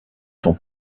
son